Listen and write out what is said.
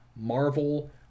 Marvel